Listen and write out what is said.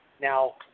Now